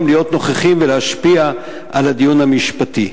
להיות נוכחים ולהשפיע על הדיון המשפטי.